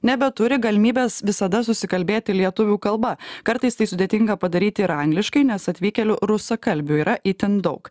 nebeturi galimybės visada susikalbėti lietuvių kalba kartais tai sudėtinga padaryti ir angliškai nes atvykėlių rusakalbių yra itin daug